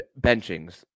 benchings